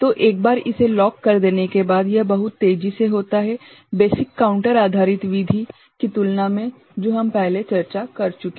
तो एक बार इसे लॉक कर देने के बाद यह बहुत तेजी से होता है बेसिक काउंटर आधारित विधि की तुलना में जो हम पहले चर्चा कर चुके हैं